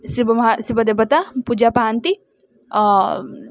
ଶିବ ମହା ଶିବ ଦେବତା ପୂଜା ପାଆନ୍ତି